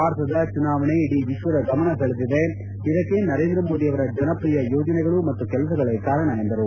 ಭಾರತದ ಚುನಾವಣೆ ಇಡೀ ವಿಶ್ವದ ಗಮನ ಮೇಲೆ ಗಮನ ಸೆಳೆದಿದೆ ಇದಕ್ಕೆ ನರೇಂದ್ರ ಮೋದಿ ಅವರ ಜನಪ್ರಿಯ ಯೋಜನೆ ಮತ್ತು ಕೆಲಸಗಳೇ ಕಾರಣ ಎಂದರು